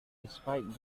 despite